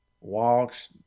walks